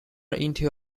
into